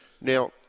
Now